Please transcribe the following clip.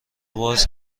باز